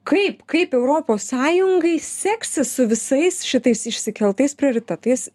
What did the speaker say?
kaip kaip europos sąjungai seksis su visais šitais išsikeltais prioritetais